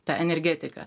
tą energetiką